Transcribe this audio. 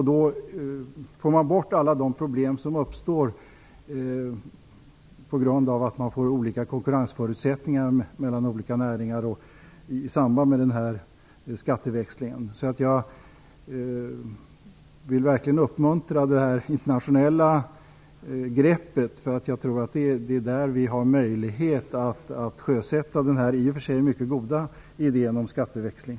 Då får man bort alla de problem som uppstår på grund av att det blir olika konkurrensförutsättningar mellan olika näringar i samband med skatteväxlingen. Jag vill verkligen uppmana till ett internationellt grepp, för jag tror att det då är möjligt att sjösätta denna i och för sig mycket goda idé om skatteväxling.